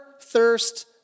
thirst